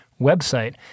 website